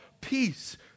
peace